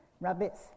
rabbits